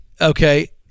okay